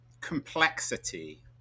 complexity